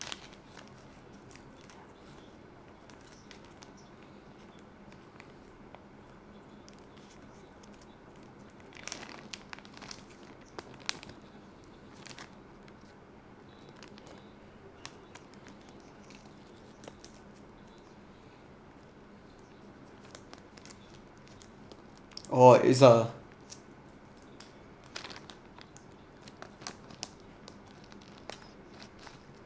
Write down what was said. oh it's a